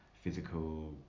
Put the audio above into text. physical